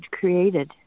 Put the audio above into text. created